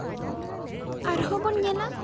ᱟᱨᱦᱚᱸ ᱵᱚᱱ ᱧᱮᱞᱟ